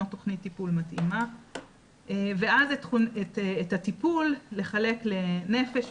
תוכנית טיפול מתאימה ואז את הטיפול לחלק לנפש,